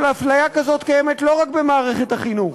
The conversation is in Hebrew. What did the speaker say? אבל הפליה כזאת קיימת לא רק במערכת החינוך,